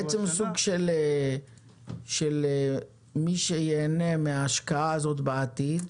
השנה --- מי שייהנה מההשקעה הזאת בעתיד,